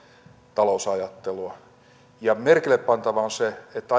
talousajattelua merkille pantavaa on se että